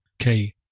Okay